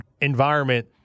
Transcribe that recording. environment